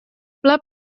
pla